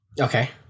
Okay